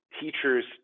teacher's